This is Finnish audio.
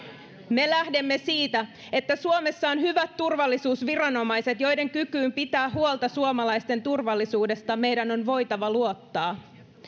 me lähdemme siitä että suomessa on hyvät turvallisuusviranomaiset joiden kykyyn pitää huolta suomalaisten turvallisuudesta meidän on voitava luottaa